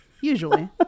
Usually